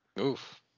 oof